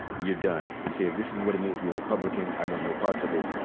you're done. you say, if this is what it means to be a republican, i want no parts of it.